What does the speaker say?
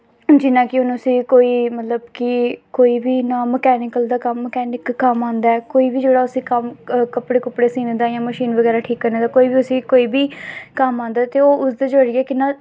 जियां कि हून उसी कोई मतलब कि कोई बी इ'यां मकैनिकल दा कम्म मकैनिक कोई बी जेह्ड़ा उसी जेहड़ा कम्म कपड़े कुपड़े सीने ताईं मशीन बगैरा ठीक करने दा कोई बी उसी कोई बी कम्म आंदा ऐ ते ओह् उसदे जरिए कि'यां